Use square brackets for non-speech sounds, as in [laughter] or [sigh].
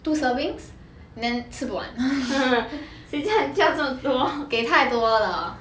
two servings then 吃不完 [laughs] 给太多了